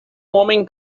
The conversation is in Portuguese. homem